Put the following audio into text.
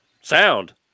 Sound